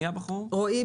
אני רוצה